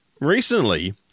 recently